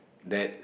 that